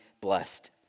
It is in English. blessed